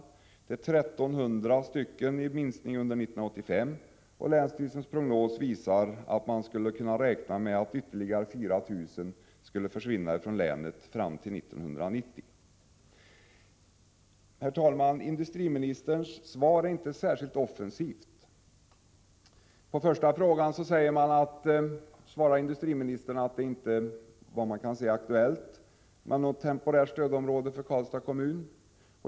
Minskningen under 1985 uppgår till 1 300 personer, och länsstyrelsens prognos visar att man kan räkna med att ytterligare 4 000 försvinner ur länet fram till 1990. Herr talman! Industriministerns svar är inte särskilt offensivt. På den första frågan svarar industriministern att det enligt regeringens bedömning inte är aktuellt att placera in Karlstads kommun i temporärt stödområde.